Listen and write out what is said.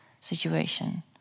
situation